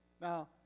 now